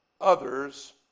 others